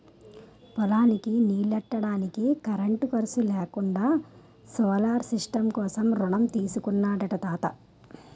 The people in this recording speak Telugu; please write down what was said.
పొలానికి నీల్లెట్టడానికి కరెంటు ఖర్సు లేకుండా సోలార్ సిస్టం కోసం రుణం తీసుకున్నాడట తాత